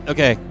Okay